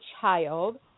child